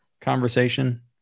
conversation